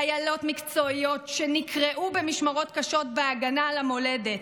חיילות מקצועיות שנקרעו במשמרות קשות בהגנה על המולדת,